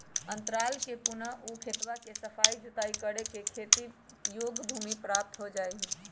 अंतराल में पुनः ऊ खेतवा के सफाई जुताई करके खेती योग्य भूमि प्राप्त हो जाहई